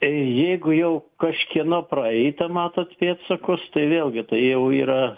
jeigu jau kažkieno praeita matot pėdsakus tai vėlgi tai jau yra